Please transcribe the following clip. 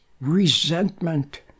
resentment